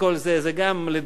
זה גם לדעתי,